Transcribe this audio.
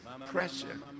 pressure